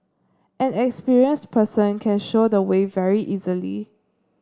an experienced person can show the way very easily